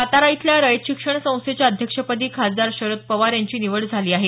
सातारा इथल्या रयत शिक्षण संस्थेच्या अध्यक्षपदी खासदार शरद पवार यांनी निवड झाली आहे